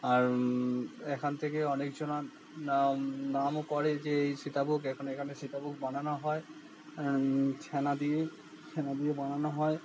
আর এখান থেকে অনেকজন নামও করে যে এই সীতাভোগ এখানে এখানে সীতাভোগ বানানো হয় ছানা দিয়ে ছানা দিয়ে বানানো হয়